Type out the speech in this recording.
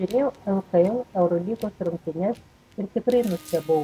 žiūrėjau lkl eurolygos rungtynes ir tikrai nustebau